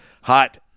hot